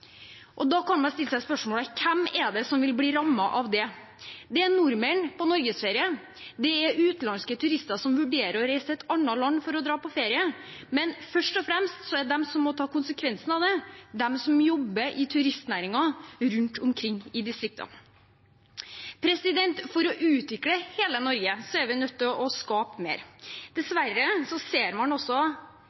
turistnæringen. Da kan man stille seg spørsmålet: Hvem vil bli rammet av det? Det er nordmenn på norgesferie, det er utenlandske turister som vurderer å dra på ferie i et annet land, men først og fremst er de som må ta konsekvensen av det, de som jobber i turistnæringen rundt omkring i distriktene. For å utvikle hele Norge er vi nødt til å skape mer. Dessverre ser man